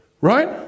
right